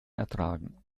ertragen